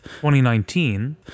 2019